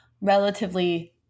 relatively